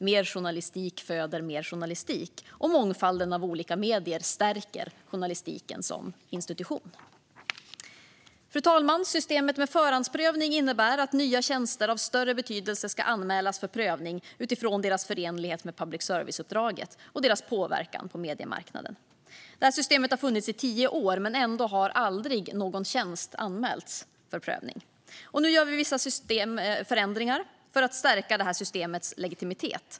Mer journalistik föder mer journalistik, och mångfalden av olika medier stärker journalistiken som institution. Fru talman! Systemet med förhandsprövning innebär att nya tjänster av större betydelse ska anmälas för prövning utifrån deras förenlighet med public service-uppdraget och deras påverkan på mediemarknaden. Det här systemet har funnits i tio år, men ändå har aldrig någon tjänst anmälts för prövning. Nu gör vi vissa systemförändringar för att stärka systemets legitimitet.